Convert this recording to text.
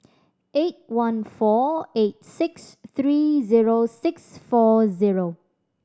eight one four eight six three zero six four zero